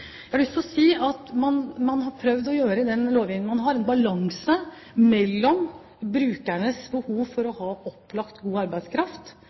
Jeg har lyst til å si at man i den lovgivningen man har, har prøvd å skape en balanse mellom brukernes behov for å ha opplagt, god arbeidskraft